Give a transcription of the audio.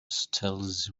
stiles